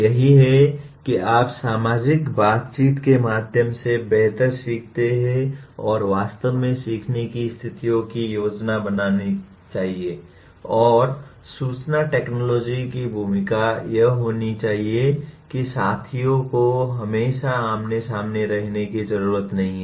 यही है कि आप सामाजिक बातचीत के माध्यम से बेहतर सीखते हैं और वास्तव में सीखने की स्थितियों की योजना बनाना चाहिए और सूचना टेक्नोलॉजी की भूमिका यह होनी चाहिए कि साथियों को हमेशा आमने सामने रहने की जरूरत नहीं है